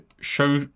show